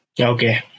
Okay